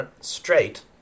straight